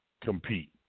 compete